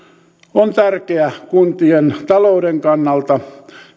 on tärkeä kuntien talouden kannalta